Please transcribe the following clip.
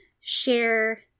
share